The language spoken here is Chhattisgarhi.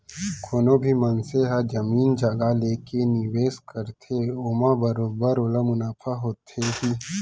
कोनो भी मनसे ह जमीन जघा लेके निवेस करथे ओमा बरोबर ओला मुनाफा होथे ही